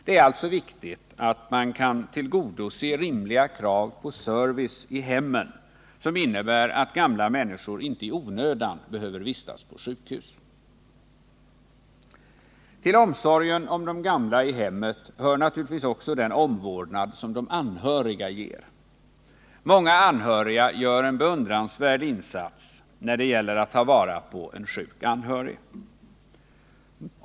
Det är alltså viktigt att man kan tillgodose rimliga krav på service i hemmen, som innebär att gamla människor inte i onödan behöver vistas på sjukhus. Till omsorgen om de gamla i hemmet hör naturligtvis också den omvårdnad som de anhöriga ger. Många anhöriga gör en beundransvärd insats när det gäller att ta hand om en sjuk anhörig.